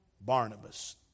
Barnabas